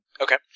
Okay